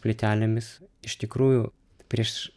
plytelėmis iš tikrųjų prieš